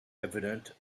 evident